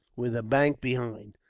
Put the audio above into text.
with a bank behind,